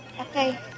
Okay